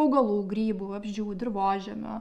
augalų grybų vabzdžių dirvožemio